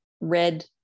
red